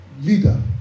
leader